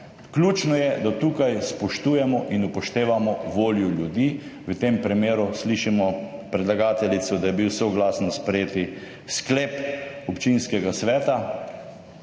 samoupravo, da tukaj spoštujemo in upoštevamo voljo ljudi. V tem primeru slišimo predlagateljico, da je bil soglasno sprejet sklep občinskega sveta.